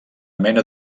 mena